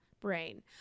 brain